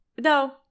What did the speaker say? No